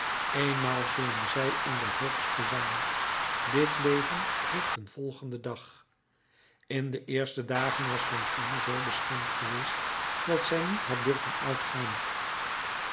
eenmaal zullen zij in de hoogste zijn dit leven heeft een volgenden dag in de eerste dagen was fantine zoo beschaamd geweest dat zij niet had durven uitgaan